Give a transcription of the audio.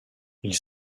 ils